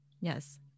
Yes